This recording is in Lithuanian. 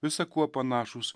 visa kuo panašūs